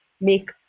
make